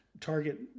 target